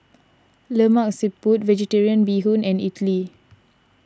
Lemak Siput Vegetarian Bee Hoon and Idly